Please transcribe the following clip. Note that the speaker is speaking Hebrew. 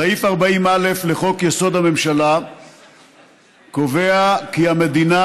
סעיף 40(א) לחוק-יסוד: הממשלה קובע כי "המדינה